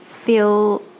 feel